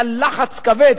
היה לחץ כבד,